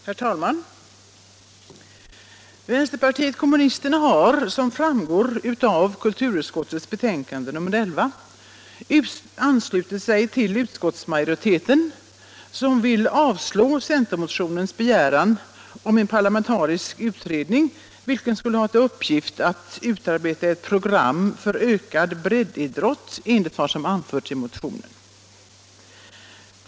Herr talman! Vänsterpartiet kommunisterna har, som framgår av kulturutskottets betänkande nr 11, anslutit sig till utskottsmajoriteten som avstyrker centermotionens begäran om en parlamentarisk utredning, vilken skulle ha till uppgift att utarbeta ett program för ökad breddidrott enligt vad som anförs i motionen.